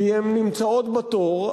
כי הן נמצאות בתור,